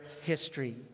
history